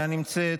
אינה נמצאת,